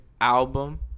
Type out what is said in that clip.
album